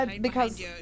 because-